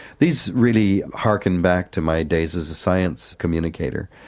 these really hearken back to my days as a science communicator.